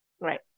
Right